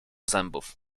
zębów